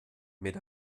mit